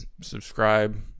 Subscribe